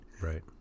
Right